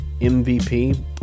MVP